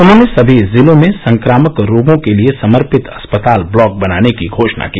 उन्हॉने सभी जिलों में संक्रामक रोगों के लिए समर्पित अस्पताल ब्लॉक बनाने की घोषणा की